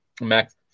Max